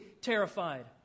terrified